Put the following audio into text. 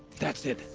that's it.